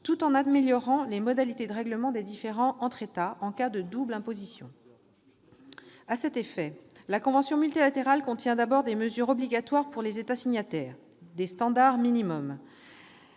tout en améliorant les modalités de règlement des différends entre États en cas de double imposition. À cet effet, la convention multilatérale contient tout d'abord des mesures obligatoires pour les États signataires, à savoir les standards minimums.